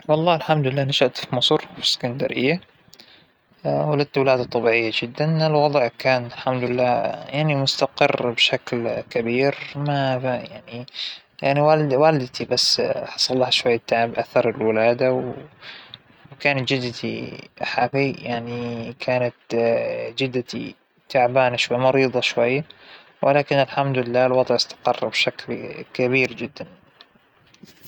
أنا طفولتى كانت بجزان، مربايا هونيك بمنطقة أبو عريش، كانت كان الوضع جميل وكانت طفولة هادئة ، الإمارة مرة حلوة واسعة وهادئة، و ما - بعيدة عن الصخب بعيدة عن كل شى، الطبيعة فيها مرة حلوة فاا، بس كانت مرة حلوة طفولتى.